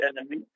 enemy